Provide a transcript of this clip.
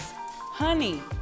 honey